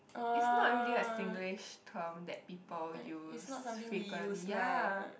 it's not really a Singlish term that people use frequently ya